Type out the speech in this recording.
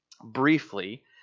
briefly